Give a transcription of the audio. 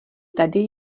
tady